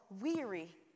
weary